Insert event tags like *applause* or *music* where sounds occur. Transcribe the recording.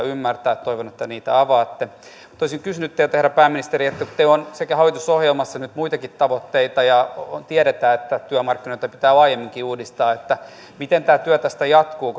*unintelligible* ymmärtää toivon että niitä avaatte olisin kysynyt teiltä herra pääministeri kun hallitusohjelmassa on nyt muitakin tavoitteita ja tiedetään että työmarkkinoita pitää laajemminkin uudistaa miten tämä työ tästä jatkuu *unintelligible*